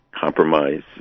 compromise